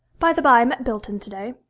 by the bye, i met bilton to-day,